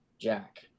Jack